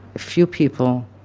a few people,